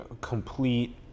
complete